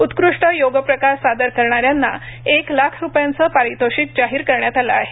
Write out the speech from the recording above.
उत्कृष्ट योगप्रकार सादर करणाऱ्यांना एक लाख रुपयांचं पारितोषिक जाहीर करण्यात आलं आहे